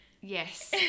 Yes